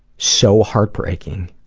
so heartbreaking.